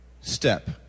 step